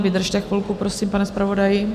Vydržte chvilku prosím, pane zpravodaji.